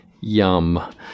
Yum